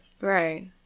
Right